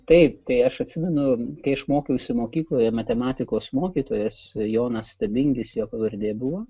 taip tai aš atsimenu kai aš mokiausi mokykloje matematikos mokytojas jonas stabingis jo pavardė buvo